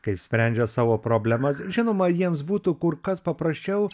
kaip sprendžia savo problemas žinoma jiems būtų kur kas paprasčiau